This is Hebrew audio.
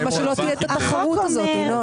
למה שלא תהיה התחרות הזו, ינון?